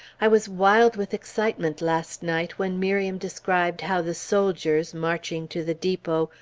i was wild with excitement last night when miriam described how the soldiers, marching to the depot,